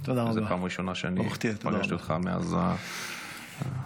זו פעם ראשונה שאני פגשתי אותך מאז --- ברוך תהיה,